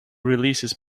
releases